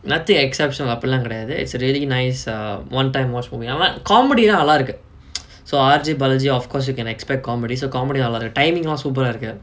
nothing exceptional அப்புடிலா கெடயாது:appudilaa kedayaathu it's really nice err one time watch movie நல்ல:nalla comedy lah நல்லாருக்கும்:nallaarukum so R_J balaji of course you can expect comedy so comedy அவரு:avaru timing lah super ah இருக்காரு:irukkaaru